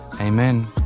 Amen